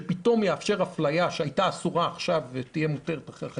שפתאום יאפשר אפליה שהייתה אסורה עכשיו ותהיה מותרת אחרי החקיקה.